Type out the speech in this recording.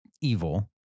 evil